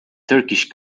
turkish